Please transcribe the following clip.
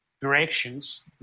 directions